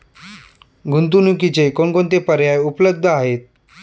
गुंतवणुकीचे कोणकोणते पर्याय उपलब्ध आहेत?